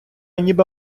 ніби